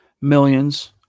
millions